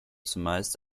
zumeist